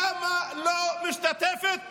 למה היא לא משתתפת במחאה,